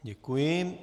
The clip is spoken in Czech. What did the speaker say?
Děkuji.